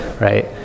right